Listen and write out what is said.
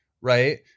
right